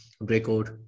breakout